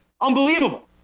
Unbelievable